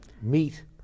meat